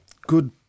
good